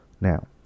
Now